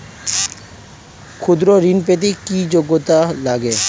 ক্ষুদ্র ঋণ পেতে কি যোগ্যতা লাগে?